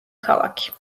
ქალაქი